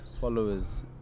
followers